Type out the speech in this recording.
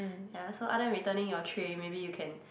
ya so other than returning your tray maybe you can